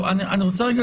טוב, אני רוצה רגע